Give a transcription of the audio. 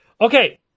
Okay